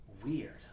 weird